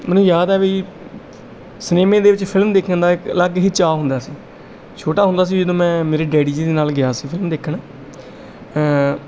ਮੈਨੂੰ ਯਾਦ ਹੈ ਵੀ ਸਿਨੇਮੇ ਦੇ ਵਿੱਚ ਫ਼ਿਲਮ ਦੇਖਣ ਦਾ ਇੱਕ ਅਲੱਗ ਹੀ ਚਾਅ ਹੁੰਦਾ ਸੀ ਛੋਟਾ ਹੁੰਦਾ ਸੀ ਜਦੋਂ ਮੈਂ ਮੇਰੀ ਡੈਡੀ ਜੀ ਦੇ ਨਾਲ ਗਿਆ ਸੀ ਫ਼ਿਲਮ ਦੇਖਣ